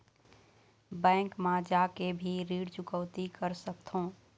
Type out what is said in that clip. Bank मा जाके भी ऋण चुकौती कर सकथों?